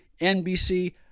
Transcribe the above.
NBC